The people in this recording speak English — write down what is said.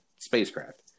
Spacecraft